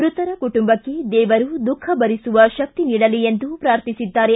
ಮೃತರ ಕುಟುಂಬಕ್ಕೆ ದೇವರು ದುಖಃ ಭರಿಸುವ ಶಕ್ತಿ ನೀಡಲಿ ಎಂದು ಪ್ರಾರ್ಥಿಸಿದ್ದಾರೆ